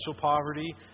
poverty